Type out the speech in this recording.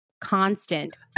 constant